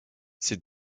ses